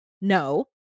No